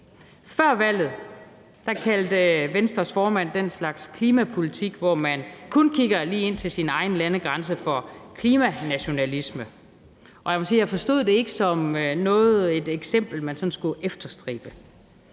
Før valget kaldte Venstres formand den slags klimapolitik, hvor man kun kigger lige til sin egen landegrænse, for klimanationalisme, og jeg må sige, at jeg ikke forstod det som et eksempel, man sådan skulle efterstræbe.